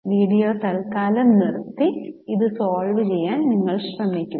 video തത്കാലം നിറുത്തി ഇത് സോൾവ് ചെയ്യാൻ നിങ്ങൾ ശ്രമിക്കുക